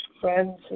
friends